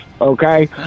okay